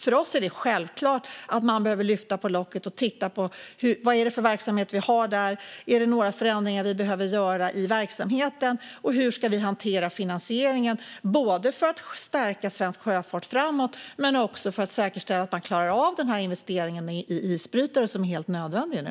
För oss är det självklart att man då behöver lyfta på locket och titta på vad det är för verksamhet som finns där, om några förändringar behöver göras i verksamheten och hur finansieringen ska hanteras - både för att stärka svensk sjöfart framåt och för att säkerställa att man klarar av den investering i isbrytare som är helt nödvändig nu.